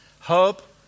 hope